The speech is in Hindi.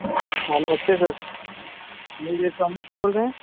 हाँ नमस्ते सर लाइव इलेक्ट्रॉनिक से बोल रहे हैं